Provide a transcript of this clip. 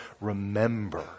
remember